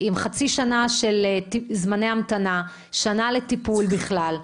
עם חצי שנה של זמני המתנה ושנה לטיפול בכלל.